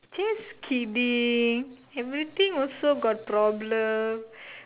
just kidding everything also got problem